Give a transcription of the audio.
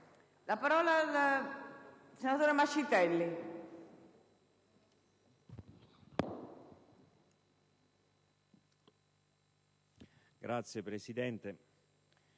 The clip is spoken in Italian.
a parlare il senatore Mascitelli,